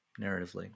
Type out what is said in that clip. narratively